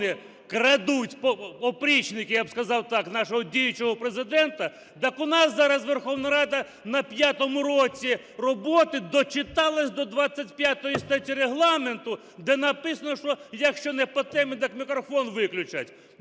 крадуть опричники, я б сказав так, нашого діючого Президента, так у нас зараз Верховна Рада на п'ятому році роботи дочиталась до 25 статті Регламенту, де написано, що якщо не по темі, так мікрофон виключать.